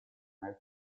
nel